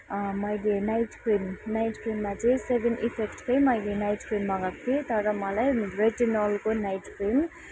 मैले night cream night क्रिममा चाहिँ सेभेन इफेक्टकै मैले नाइट क्रिम मगाएको थिएँ तर मलाई रेटिनलको नाइट क्रिम